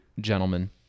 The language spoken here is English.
gentlemen